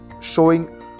showing